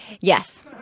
Yes